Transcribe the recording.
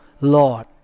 Lord